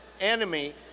enemy